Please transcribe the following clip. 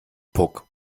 puck